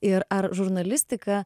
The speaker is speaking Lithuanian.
ir ar žurnalistika